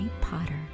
Potter